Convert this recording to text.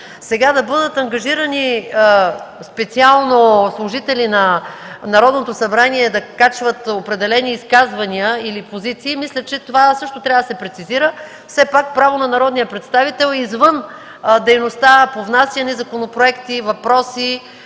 важна. Да бъдат ангажирани специално служители на Народното събрание да качват определени изказвания или позиции, мисля, че това също трябва да се прецизира. Все пак право на народния представител е извън дейността по внасяни законопроекти, въпроси,